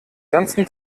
ganzen